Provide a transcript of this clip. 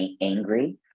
angry